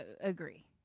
Agree